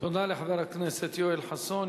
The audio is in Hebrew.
תודה לחבר הכנסת יואל חסון.